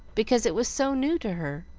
because it was so new to her.